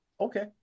okay